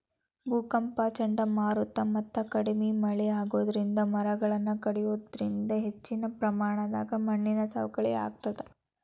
ಭೂಕಂಪ ಚಂಡಮಾರುತ ಮತ್ತ ಕಡಿಮಿ ಮಳೆ ಆಗೋದರಿಂದ ಮರಗಳನ್ನ ಕಡಿಯೋದರಿಂದ ಹೆಚ್ಚಿನ ಪ್ರಮಾಣದಾಗ ಮಣ್ಣಿನ ಸವಕಳಿ ಆಗ್ತದ